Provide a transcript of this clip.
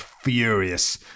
furious